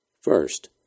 First